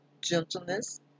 gentleness